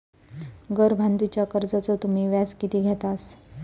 घर बांधूच्या कर्जाचो तुम्ही व्याज किती घेतास?